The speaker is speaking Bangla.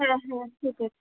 হ্যাঁ হ্যাঁ ঠিক আছে